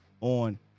on